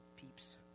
peeps